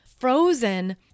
frozen